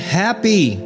happy